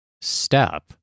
step